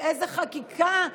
באיזו חקיקה,